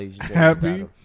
happy